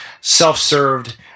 self-served